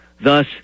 Thus